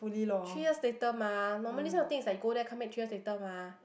three years later mah normally this kind of thing is like you go there come back three years later mah